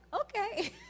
okay